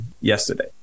yesterday